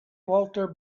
walter